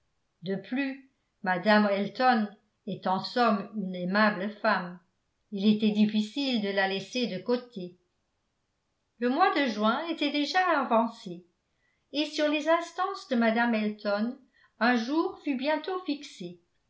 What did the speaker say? de plus mme elton est en somme une aimable femme il était difficile de la laisser de côté le mois de juin était déjà avancé et sur les instances de mme elton un jour fut bientôt fixé